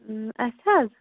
اۭں اَسہِ حظ